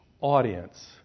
audience